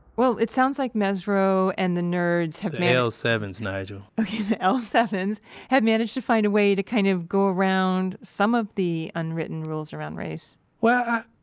well, it sounds like mesro and the nerdsearlonne the l seven s, nigel ok. the l seven s have managed to find a way to kind of go around some of the unwritten rules around race well,